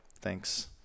thanks